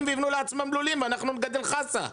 ויבנו לעצמם לולים ואנחנו נגדל חסה?